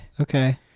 okay